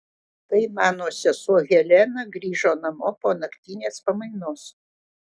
tai mano sesuo helena grįžo namo po naktinės pamainos